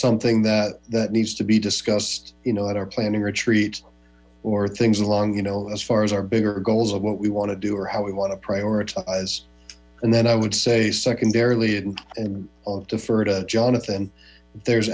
something that that needs to be discussed you know at our planning retreat or things along you know as far as our bigger goals of what we want to do or how we want to prioritize and then i would say secondary and i'll defer to jonathan there's